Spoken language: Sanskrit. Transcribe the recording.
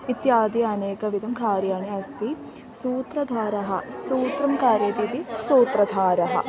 इत्यादि अनेकविधानि कार्याणि अस्ति सूत्रधारः सूत्रं कारयति इति सूत्रधारः